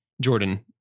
Jordan